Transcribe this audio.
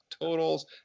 Totals